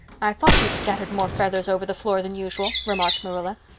i thought you'd scattered more feathers over the floor than usual, remarked marilla.